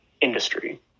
industry